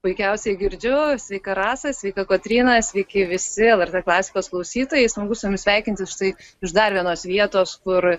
puikiausiai girdžiu sveika rasa sveika kotryna sveiki visi lrt klasikos klausytojai smagu su jumis sveikintis štai iš dar vienos vietos kur